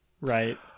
right